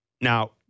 now